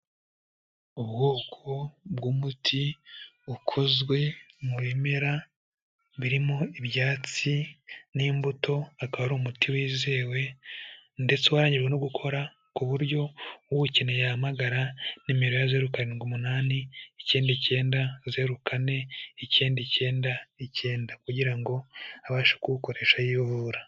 Ubwoko bw'umuti ukozwe mu bimera birimo ibyatsi n'imbuto, akaba ari umuti wizewe ndetse warangijwe no gukora ku buryo uwukeneye yahamagara nimero ya zirukandwi umunani, icyenda icyenda, zeru kane, icyenda icyenda, icyenda kugira ngo abashe kuwukoresha yivura.